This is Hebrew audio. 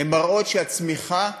מראות שהצמיחה חלחלה.